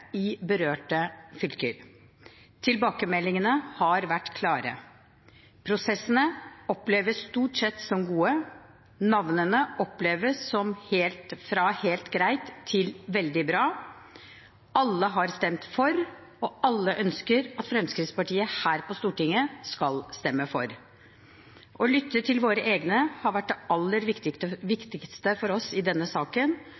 i berørte fylker. Tilbakemeldingene har vært klare: Prosessene oppleves stort sett som gode. Navnene oppleves som fra helt greit til veldig bra. Alle har stemt for, og alle ønsker at Fremskrittspartiet her på Stortinget skal stemme for. Å lytte til våre egne har vært det aller viktigste for oss i denne saken,